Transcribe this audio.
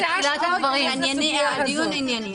אני מציעה שלא ניכנס לכאן כי זה דיון אחר לגמרי.